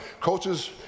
coaches